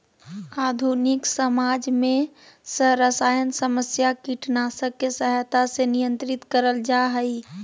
आधुनिक समाज में सरसायन समस्या कीटनाशक के सहायता से नियंत्रित करल जा हई